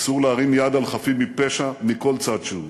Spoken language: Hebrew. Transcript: אסור להרים יד על חפים מפשע מכל צד שהוא.